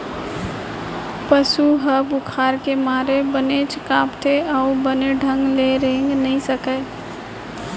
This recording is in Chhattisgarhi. पसु ह बुखार के मारे बनेच कांपथे अउ बने ढंग ले रेंगे नइ सकय